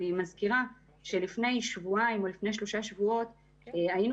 אני מזכירה שלפני שבועיים-שלושה היינו